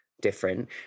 different